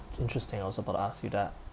interesting also got to ask you that